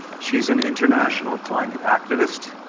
she's an international climate activist.